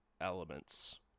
elements